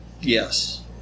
Yes